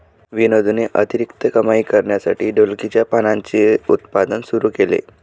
विनोदने अतिरिक्त कमाई करण्यासाठी ढोलकीच्या पानांचे उत्पादन सुरू केले